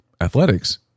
athletics